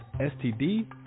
STD